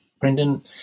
Brendan